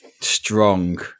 Strong